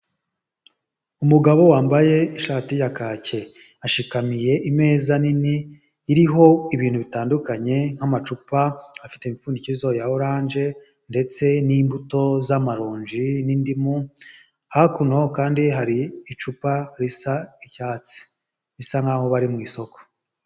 Umugabo wambaye ishati ya kake ashikamiye imeza nini iriho ibintu bitandukanye nk'amacupa afite imipfundikizo ya oranje ndetse n'imbuto z'amaronji n'indimu, hakuno kandi hari icupa risa icyatsi, bisa nkaho bari mu isoko.